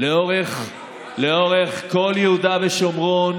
לאורך כל יהודה ושומרון,